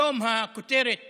היום הכותרת